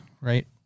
right